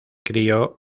crio